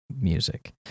music